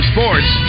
Sports